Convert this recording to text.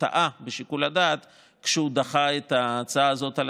טעה בשיקול הדעת כשהוא דחה את ההצעה הזאת על